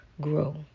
grow